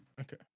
okay